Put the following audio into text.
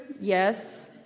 Yes